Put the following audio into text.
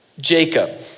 Jacob